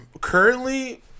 Currently